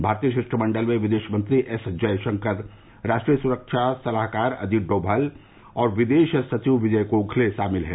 भारतीय शिष्टमंडल में विदेश मंत्री एस जयशंकर राष्ट्रीय सुरक्षा सलाहकार अजित डोमाल और विदेश सचिव विजय गोखले शामिल हैं